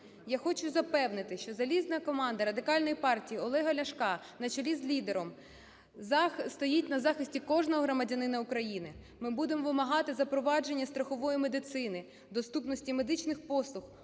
Я хочу запевнити, що залізна команда Радикальної партії Олега Ляшка на чолі з лідером стоїть на захисті кожного громадянина України. Ми будемо вимагати запровадження страхової медицини, доступності медичних послуг,